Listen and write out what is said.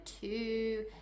two